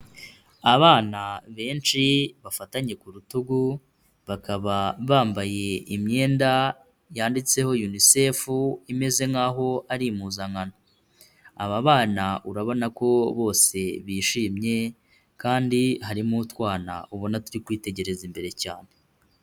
Abana benshi, bafatanye ku rutugu, bakaba bambaye imyenda yanditseho Unicefu imeze nkaho ari impuzankano, aba bana urabona ko bose bishimye kandi harimo utwana ubona turi kwitegereza imbere cyane.